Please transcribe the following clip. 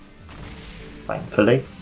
Thankfully